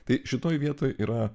tai šitoj vietoj yra